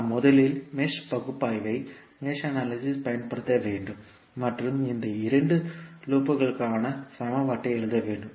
நாம் முதலில் மெஷ் பகுப்பாய்வைப் பயன்படுத்த வேண்டும் மற்றும் இந்த 2 லூப்களுக்கான சமன்பாட்டை எழுத வேண்டும்